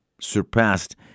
surpassed